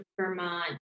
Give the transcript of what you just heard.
Vermont